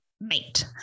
mate